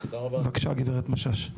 בבקשה גברת משש.